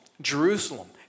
Jerusalem